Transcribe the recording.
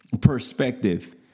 perspective